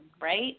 right